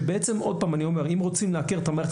שוב אני אומר שאם רוצים לעקר את המערכת